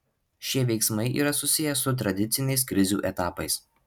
šie veiksmai yra susiję su tradiciniais krizių etapais